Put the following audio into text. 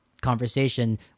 conversation